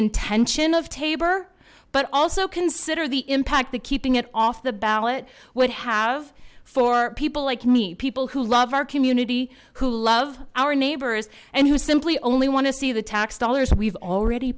intention of taber but also consider the impact the keeping it off the ballot would have for people like me people who love our community who love our neighbors and who simply only want to see the tax dollars we've already